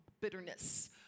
bitterness